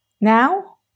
Now